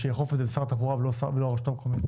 שיאכוף את זה הוא שר התחבורה ולא הרשות המקומית.